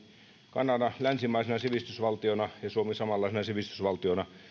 kanada länsimaisena sivistysvaltiona ja suomi samanlaisena sivistysvaltiona